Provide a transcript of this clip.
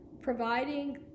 providing